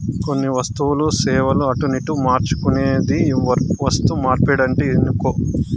కొన్ని వస్తువులు, సేవలు అటునిటు మార్చుకునేదే వస్తుమార్పిడంటే ఇనుకో